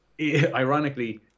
ironically